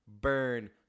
Burn